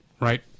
Right